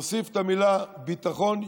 נוסיף את המילה "ביטחון" "ביטחון,